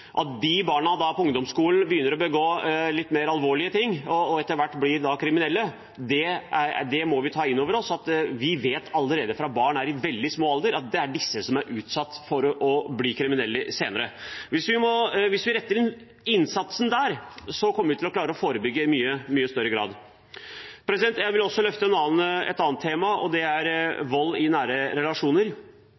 barneskolealder. De barna begynner å begå litt mer alvorlige ting på ungdomsskolen og blir etter hvert blir kriminelle. Vi må vi ta inn over oss at vi allerede fra barn er veldig små, vet hvem som er utsatt for å bli kriminelle senere. Hvis vi retter inn innsatsen der, kommer vi til å klare å forebygge i mye større grad. Jeg vil også løfte et annet tema, og det er